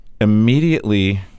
immediately